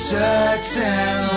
certain